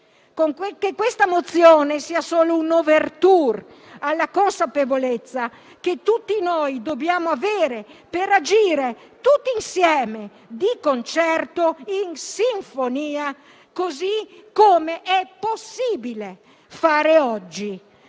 che questa mozione sia solo una *ouverture* alla consapevolezza che tutti noi dobbiamo avere per agire tutti insieme, di concerto e in sinfonia, così come è possibile fare oggi.